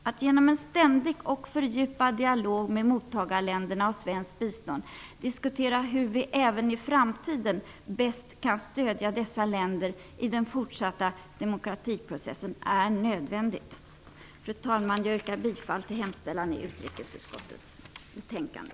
Att genom en ständig och fördjupad dialog med det svenska biståndets mottagarländer diskutera hur vi även i framtiden bäst kan stödja dessa länder i den fortsatta demokratiprocessen är nödvändigt. Fru talman! Jag yrkar bifall till utrikesutskottets hemställan i betänkande.